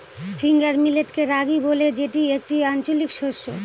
finger মিলেটকে রাগি বলে যেটি একটি আঞ্চলিক শস্য